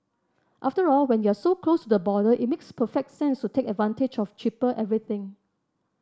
after all when you're so close to the border it makes perfect sense to take advantage of cheaper everything